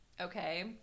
okay